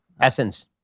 Essence